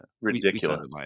ridiculous